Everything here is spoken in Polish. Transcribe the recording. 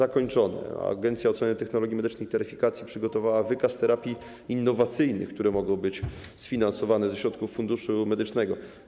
Agencja Oceny Technologii Medycznych i Taryfikacji przygotowała wykaz terapii innowacyjnych, które mogą być sfinansowane ze środków Funduszu Medycznego.